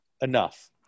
Enough